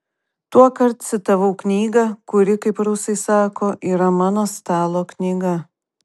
tuokart citavau knygą kuri kaip rusai sako yra mano stalo knyga